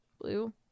blue